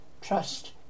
trust